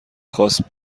خواست